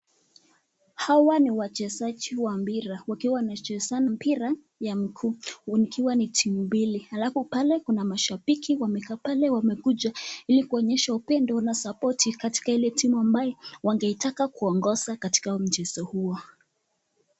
Hawa ni wachezaji wa mpira wakicheza mpira wa miguu alafu pale kuna mashabiki wakaanpale wamekuja ili kuonesha upendo na sapoti katika ile timu ingetaka kuongoza katika mchezo huo.